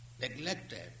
neglected